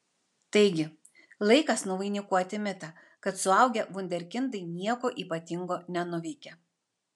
taigi laikas nuvainikuoti mitą kad suaugę vunderkindai nieko ypatingo nenuveikia